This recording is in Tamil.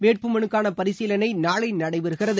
வேட்புமனுக்கானபரிசீலனைநாளைநடைபெறுகிறது